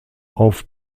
auf